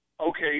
Okay